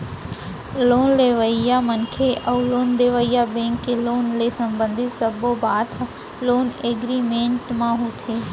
loan लेवइया मनसे अउ लोन देवइया बेंक के लोन ले संबंधित सब्बो बात ह लोन एगरिमेंट म होथे